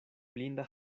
blinda